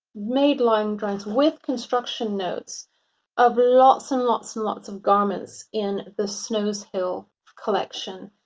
made line drawings with construction notes of lots and lots and lots of garments in the snowshill collection.